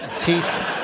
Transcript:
Teeth